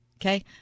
Okay